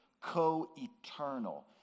co-eternal